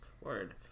Word